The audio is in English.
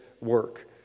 work